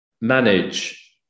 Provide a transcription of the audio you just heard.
manage